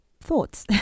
thoughts